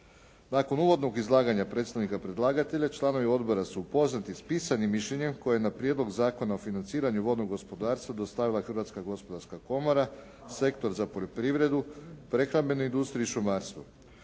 Nakon uvodnog izlaganja predstavnika predlagatelja članovi odbora su upoznati s pisanim mišljenjem koje je na prijedlog Zakona o financiranju vodnog gospodarstva dostavila Hrvatska gospodarska komora, Sektor za poljoprivredu, prehrambenu industriju i šumarstvo.